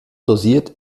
dosiert